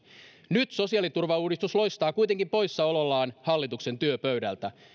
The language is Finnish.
nyt sosiaaliturvauudistus loistaa kuitenkin poissaolollaan hallituksen työpöydältä